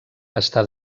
està